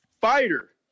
fighter